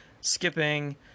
skipping